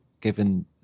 given